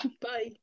Bye